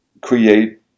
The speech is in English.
create